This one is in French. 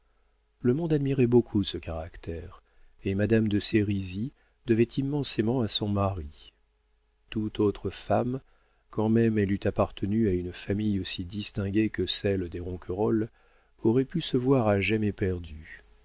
le monde admirait beaucoup ce caractère et madame de sérisy devait immensément à son mari toute autre femme quand même elle eût appartenu à une famille aussi distinguée que celle des ronquerolles aurait pu se voir à jamais perdue